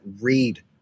read